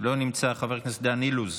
לא נמצא, חבר הכנסת דן אילוז,